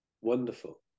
wonderful